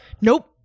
nope